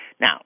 Now